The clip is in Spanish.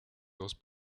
dos